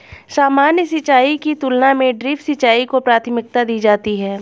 सामान्य सिंचाई की तुलना में ड्रिप सिंचाई को प्राथमिकता दी जाती है